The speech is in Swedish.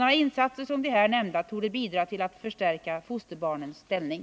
Sådana insatser som de här nämnda torde bidra till att förstärka fosterbarnens ställning.